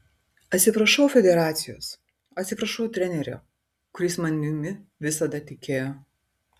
atsiprašau federacijos atsiprašau trenerio kuris manimi visada tikėjo